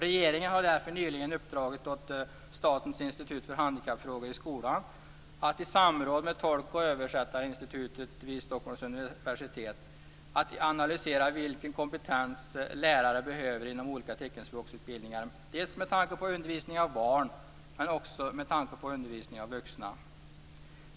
Regeringen har därför nyligen uppdragit åt Statens institut för handikappfrågor i skolan att i samråd med Tolk och översättarinstitutet vid Stockholms universitet analysera vilken kompetens lärare behöver inom olika teckenspråksutbildningar, dels med tanke på undervisning av barn, dels med tanke på undervisning av vuxna.